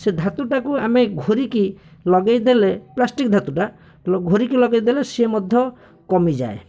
ସେ ଧାତୁଟାକୁ ଆମେ ଘୋରିକି ଲଗେଇଦେଲେ ପ୍ଲାଷ୍ଟିକ ଧାତୁଟା ଘୋରିକି ଲଗେଇଦେଲେ ସିଏ ମଧ୍ୟ କମିଯାଏ